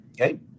Okay